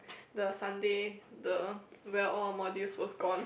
the Sunday the where all modules was gone